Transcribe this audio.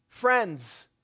Friends